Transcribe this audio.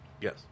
Yes